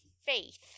faith